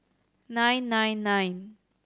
nine nine nine